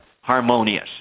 harmonious